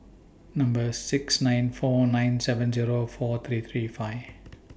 Number six nine four nine seven Zero four three three five